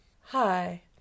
hi